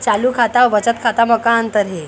चालू खाता अउ बचत खाता म का अंतर हे?